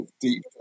deep